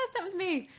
that was me.